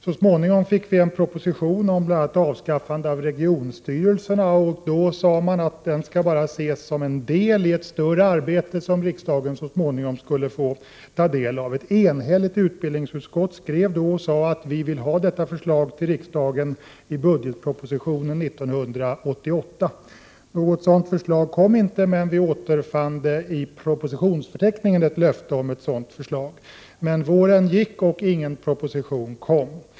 Så småningom fick vi en proposition om bl.a. avskaffande av regionstyrelserna. Man sade då att den bara skulle ses som en del av ett större arbete som riksdagen så småningom skulle få ta del av. Ett enhälligt utbildningsutskott skrev att vi vill ha detta förslag till riksdagen i budgetpropositionen 1988. Något sådant förslag kom inte, men i propositionsförteckningen återfann vi ett löfte om ett sådant förslag. Våren gick emellertid, och ingen proposition kom.